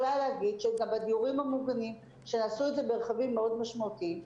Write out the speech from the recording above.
בדיורים המוגנים עשו את זה בהרחבה מאוד משמעותית,